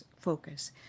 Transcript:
focus